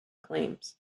claims